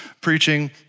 preaching